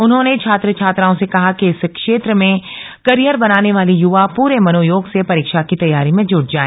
उन्होंने छात्र छात्राओं से कहा कि इस क्षेत्र में कैरियर बनाने वाले युवा पूरे मनोयोग से परीक्षा की तैयारी में जूट जाय